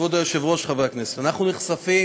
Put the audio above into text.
כבוד היושב-ראש, חברי הכנסת, אנחנו נחשפים